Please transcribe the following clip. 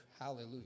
Hallelujah